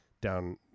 down